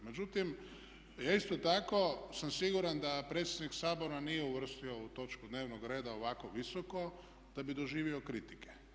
Međutim, ja isto tako sam siguran da predsjednik Sabora nije uvrstio ovu točku dnevnog reda ovako visoko da bi doživio kritike.